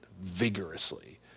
vigorously